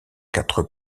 quatre